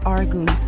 Argun